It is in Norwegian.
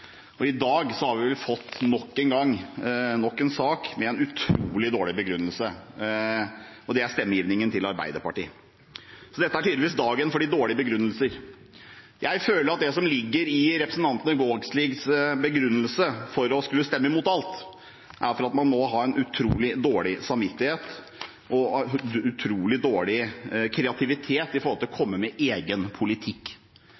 Før i dag fikk vi det dårligst begrunnede mistillitsforslaget på mange tiår, som stortingsrepresentant Heikki Eidsvoll Holmås sa, og nå har vi fått nok en sak med en utrolig dårlig begrunnelse, og det er stemmegivningen til Arbeiderpartiet. Så dette er tydeligvis dagen for de dårlige begrunnelser. Jeg føler at det som ligger i representanten Vågslids begrunnelse for å skulle stemme imot alt, er at man må ha en utrolig dårlig samvittighet og utrolig dårlig kreativitet når det gjelder å